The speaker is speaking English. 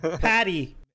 Patty